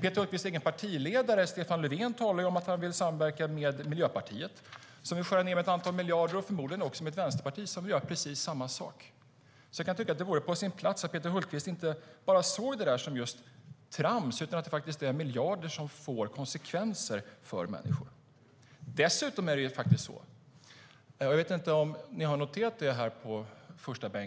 Peter Hultqvists egen partiledare, Stefan Löfven, talar om att han vill samverka med Miljöpartiet, som vill skära ned med ett antal miljarder, och förmodligen också med ett vänsterparti som vill göra precis samma sak. Jag kan tycka att det vore på sin plats att Peter Hultqvist inte bara såg det där som trams utan medgav att det är fråga om miljarder som får konsekvenser för människor. Jag vet inte om ni på förstabänken har noterat